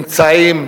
באמצעים